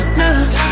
now